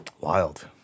wild